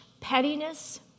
pettiness